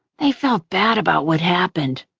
they felt bad about what happened.